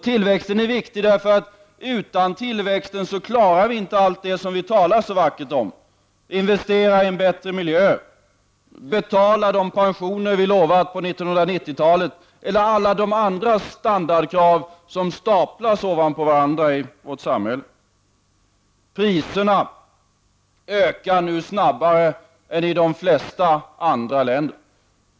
Tillväxten är viktig därför att vi utan tillväxt inte klarar av allt det vi talar så vackert om: att investera i en bättre miljö, att betala 1990-talets utlovade pensioner eller att tillfredsställa alla de andra standardkrav som staplas ovanpå varandra i vårt samhälle. Priserna ökar nu snabbare än i de flesta andra länder.